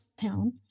town